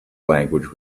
language